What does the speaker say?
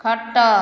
ଖଟ